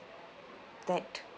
that